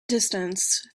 distance